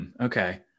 Okay